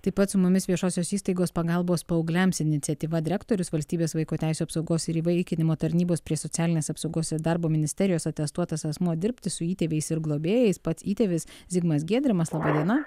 taip pat su mumis viešosios įstaigos pagalbos paaugliams iniciatyva direktorius valstybės vaiko teisių apsaugos ir įvaikinimo tarnybos prie socialinės apsaugos ir darbo ministerijos atestuotas asmuo dirbti su įtėviais ir globėjais pats įtėvis zigmas giedrimas laba diena